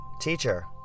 Teacher